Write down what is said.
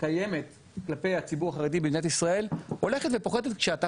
שקיימת כלפי הציבור החרדי במדינת ישראל הולכת ופוחתת כשאתה